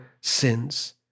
sins